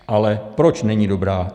Ale proč není dobrá?